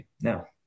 now